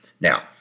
Now